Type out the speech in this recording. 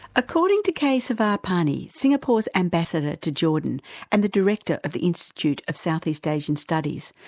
according to k. kersavapany, singapore's ambassador to jordan and the director of the institute of south east asian studies,